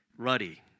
Ruddy